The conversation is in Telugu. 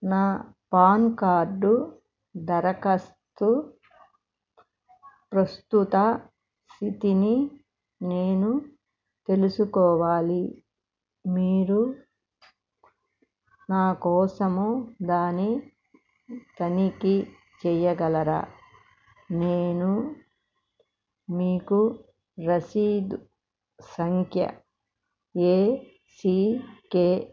నా పాన్ కార్డు దరఖాస్తు ప్రస్తుత స్థితిని నేను తెలుసుకోవాలి మీరు నా కోసం దాని తనిఖీ చేయగలరా నేను మీకు రసీద్ సంఖ్య ఏసీకే